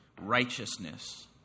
righteousness